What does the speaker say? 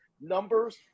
numbers